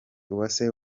uwase